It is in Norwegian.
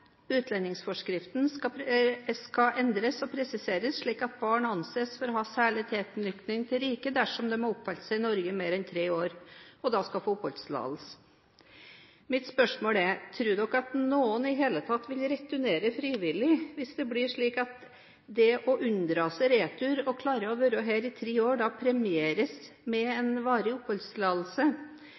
utlendingsforskriften skal endres og presiseres, slik at barn anses for å ha særlig tilknytning til riket dersom de har oppholdt seg i Norge i mer enn tre år. Da skal de få oppholdstillatelse. Mitt spørsmål er: Tror dere at noen i det hele tatt vil returnere frivillig, hvis det blir slik at det å unndra seg retur og klare å være her i tre år premieres med en varig oppholdstillatelse?